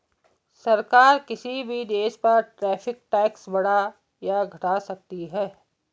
सरकार किसी भी देश पर टैरिफ टैक्स बढ़ा या घटा सकती है